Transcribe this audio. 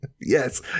yes